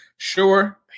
Sure